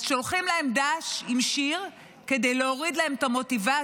אז שולחים להם ד"ש עם שיר כדי להוריד להם את המוטיבציה.